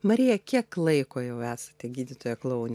marija kiek laiko jau esate gydytoja klounė